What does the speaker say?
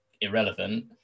irrelevant